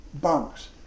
bunks